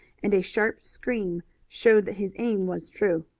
and a sharp scream showed that his aim was true.